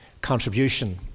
contribution